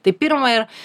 tai pirmą ir